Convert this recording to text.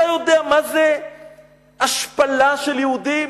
אתה יודע מה זה השפלה של יהודים